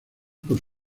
por